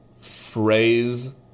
phrase